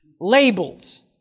Labels